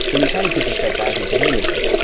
so we kind of took a step back and said, hey, listen.